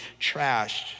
trashed